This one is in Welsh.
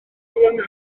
yng